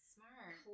Smart